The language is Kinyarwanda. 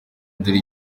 dore